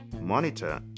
monitor